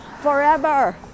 forever